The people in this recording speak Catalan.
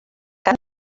cant